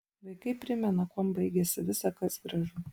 vaikai primena kuom baigiasi visa kas gražu